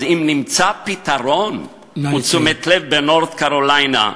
אז אם נמצא פתרון ותשומת לב ב-North Carolina,